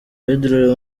pedro